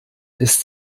ist